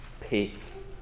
peace